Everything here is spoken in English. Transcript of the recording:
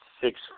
six